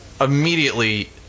immediately